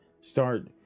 start